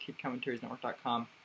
kidcommentariesnetwork.com